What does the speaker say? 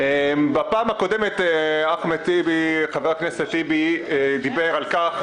בפעם הקודמת חבר הכנסת טיבי דיבר על כך